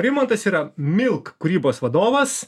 rimantas yra milk kūrybos vadovas